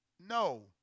No